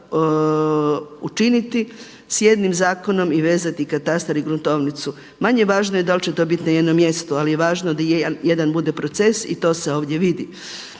učiniti s jednim zakonom i vezati katastar i gruntovnicu. Manje važno je da li će to biti na jednom mjestu ali je važno da jedan bude proces i to se ovdje vidi.